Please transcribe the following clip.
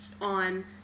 on